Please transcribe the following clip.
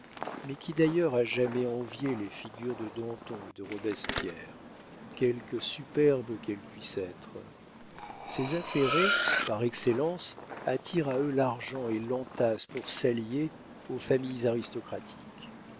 mais qui d'ailleurs a jamais envié les figures de danton et de robespierre quelque superbes qu'elles puissent être ces affairés par excellence attirent à eux l'argent et l'entassent pour s'allier aux familles aristocratiques